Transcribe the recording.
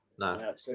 No